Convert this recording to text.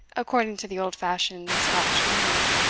according to the old-fashioned scottish manner.